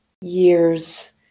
years